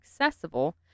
accessible